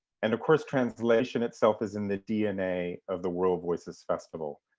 and of course, translation itself is in the dna of the world voices festival.